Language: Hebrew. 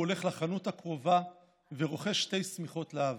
הוא הולך לחנות הקרובה ורוכש שתי שמיכות לאב.